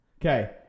Okay